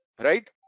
right